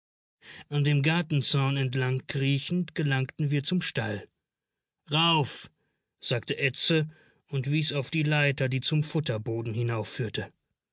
an dem gartenzaun entlang kriechend gelangten wir zum stall rauf sagte edse und wies auf die leiter die zum futterboden hinaufführte